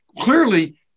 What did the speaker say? clearly